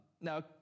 Now